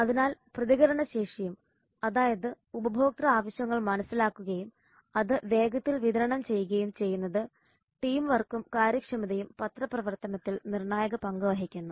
അതിനാൽ പ്രതികരണശേഷിയും അതായത് ഉപഭോക്തൃ ആവശ്യങ്ങൾ മനസ്സിലാക്കുകയും അത് വേഗത്തിൽ വിതരണം ചെയ്യുകയും ചെയ്യുന്നത് ടീം വർക്കും കാര്യക്ഷമതയും പത്രപ്രവർത്തനത്തിൽ നിർണായക പങ്ക് വഹിക്കുന്നു